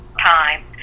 time